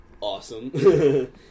awesome